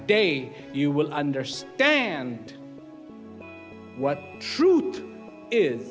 day you will understand what truth is